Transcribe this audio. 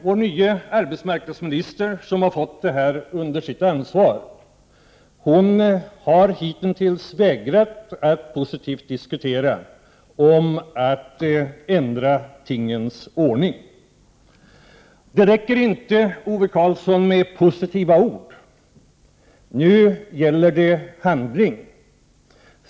Vår nya arbetsmarknadsminister, som har fått det här under sitt ansvar, har hitintills vägrat att positivt diskutera om att ändra tingens ordning. Det räcker inte, Ove Karlsson, med positiva ord, utan nu gäller det handling.